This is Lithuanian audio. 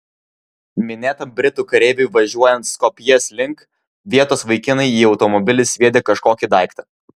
minėtam britų kareiviui važiuojant skopjės link vietos vaikinai į automobilį sviedė kažkokį daiktą